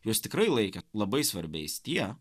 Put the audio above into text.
juos tikrai laikė labai svarbiais tie